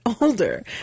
older